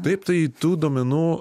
taip tai tų duomenų